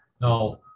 Now